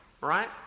right